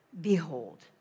behold